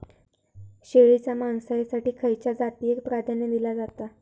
शेळीच्या मांसाएसाठी खयच्या जातीएक प्राधान्य दिला जाता?